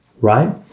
Right